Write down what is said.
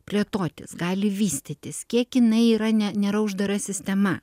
plėtotis gali vystytis kiek jinai yra ne nėra uždara sistema